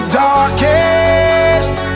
darkest